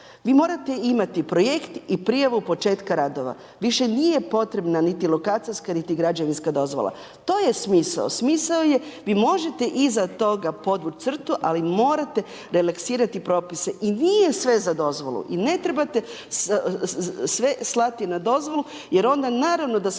vi morate imati projekt i prijavu početka radova. Više nije potrebna niti lokacijska niti građevinska dozvola. To je smisao, smisao je, vi možete iza toga podvući crtu ali morate relaksirati propise. I nije sve za dozvolu i ne trebate sve slati na dozvolu jer onda naravno da